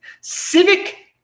Civic